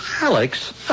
Alex